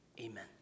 amen